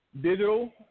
digital